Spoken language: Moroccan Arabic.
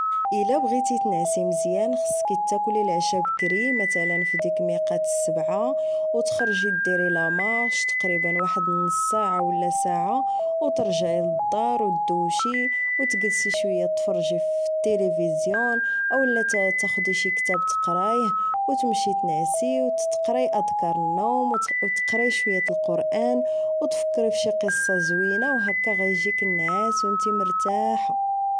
الا بغيتي تنعسي مزيان خصكي تاكلي العشا بكري مثلا فديك ميقات السبعة و تخرجي ديري لامارش تقريبا واحد نص ساعة و لا ساعة و ترجعي للدار و دوشي وتكلسي شوية تفرجي فالتلفزيون او لا تاخدي شي كتاب تقرايه و تمشي تنعسي و تقراي ادكار النوم و تقراي شوية القرٱن و تفكري فشي قصة زوينة و هما غايجيك النعاس و نتي مرتاحة